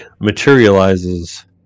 materializes